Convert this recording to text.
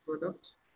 product